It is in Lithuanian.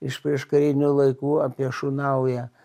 iš prieškarinių laikų apie šunaują